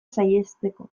saihesteko